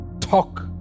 talk